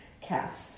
Cat